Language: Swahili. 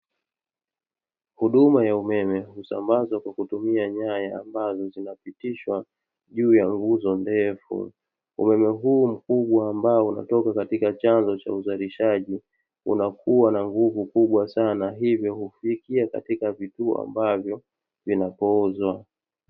Huduma ya umeme husambazwa kwa kutumia nyaya ambazo zinapitishwa juu ya nguzo ndefu. Umeme huu mkubwa ambao unatoka katika chanzo cha uzalishaji, unakuwa na nguvu kubwa sanaa hivyo hupitia katika kituo ambavyo vinapoozwa.